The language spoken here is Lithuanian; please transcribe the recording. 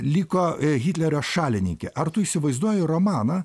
liko hitlerio šalininkė ar tu įsivaizduoji romaną